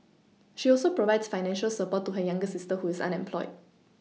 she also provides financial support to her younger sister who is unemployed